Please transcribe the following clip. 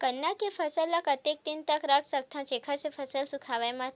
गन्ना के फसल ल कतेक दिन तक रख सकथव जेखर से फसल सूखाय मत?